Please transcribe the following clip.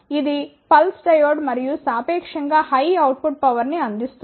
ఇది pulse diode మరియు సాపేక్షం గా హై అవుట్ పుట్ పవర్ ని అందిస్తుంది